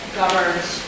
governs